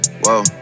whoa